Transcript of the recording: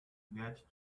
get